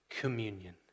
communion